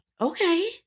Okay